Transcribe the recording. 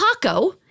Paco